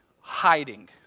hiding